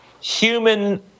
human